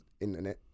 internet